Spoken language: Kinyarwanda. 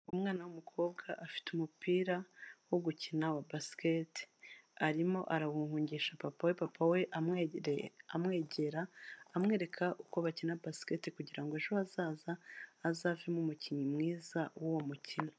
Umwana w'umukobwa afite umupira wo gukina wa basikete. Arimo arawuhungisha papa we, papa we amwegera amwereka uko bakina basikete boro, kugirango ejo hazaza azavemo umukinnyi mwiza w'uwo mukino.